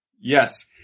Yes